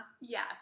yes